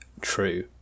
True